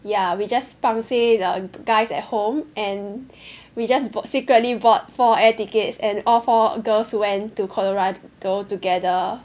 ya we just pang seh the guys at home and we just bought secretly bought four air tickets and all four girls went to Colorado together